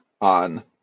on